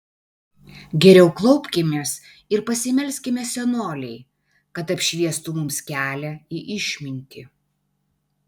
geriau klaupkimės ir pasimelskime senolei kad apšviestų mums kelią į išmintį